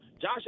Josh